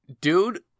Dude